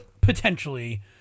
potentially